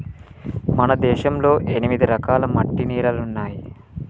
మన దేశంలో ఎనిమిది రకాల మట్టి నేలలున్నాయి